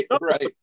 right